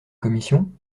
commission